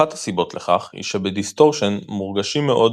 אחת הסיבות לכך היא שבדיסטורשן מורגשים מאוד